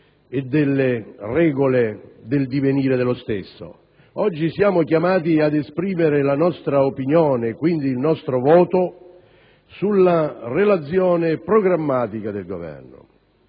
e delle regole del divenire dello stesso, ma ad esprimere la nostra opinione, quindi il nostro voto, sulla relazione programmatica del Governo.